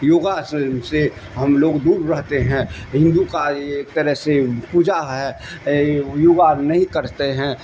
یوگا سے سے ہم لوگ دور رہتے ہیں ہندو کا ایک طرح سے پوجا ہے یوگا نہیں کرتے ہیں